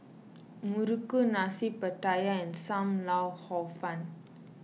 Muruku Nasi Pattaya and Sam Lau Hor Fun